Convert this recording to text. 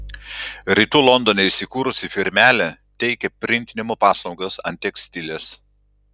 rytų londone įsikūrusi firmelė teikia printinimo paslaugas ant tekstiles